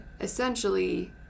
essentially